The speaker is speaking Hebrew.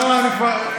הכול בסדר.